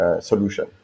solution